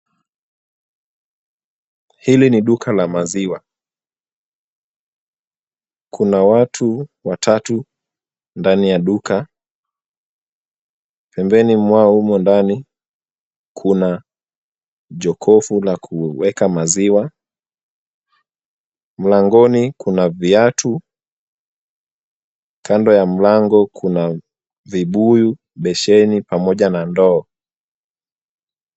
Hili ni duka la maziwa, kuna watu watatu ndani ya duka, pembeni mwao humo ndani kuna jokofu la kuweka maziwa, mlangoni kuna viatu, kando ya mlango kuna vibuyu, besheni pamoja na ndoo.